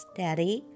daddy